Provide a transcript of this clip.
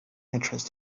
entrance